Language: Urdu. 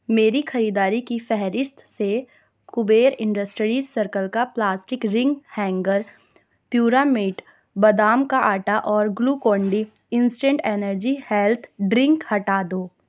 میری خریداری کی فہرست سے کبیر انڈسٹریز سرکل کا پلاسٹک رنگ ہینگر پیورامیٹ بادام کا آٹا اور Glucon D instant energy health drink ہٹا دو